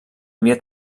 havia